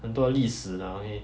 很多历史 ah 因为